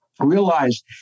Realize